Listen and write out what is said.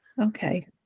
okay